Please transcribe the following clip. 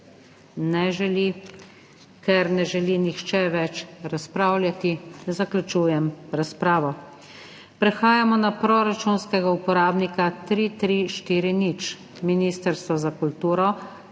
Ne želi. Ker ne želi nihče več razpravljati, zaključujem razpravo. Prehajamo na proračunskega uporabnika 3340 Ministrstvo za kulturo